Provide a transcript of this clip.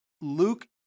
Luke